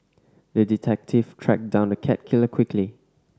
the detective tracked down the cat killer quickly